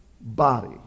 body